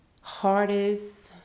hardest